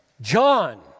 John